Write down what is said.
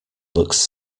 looks